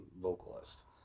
vocalist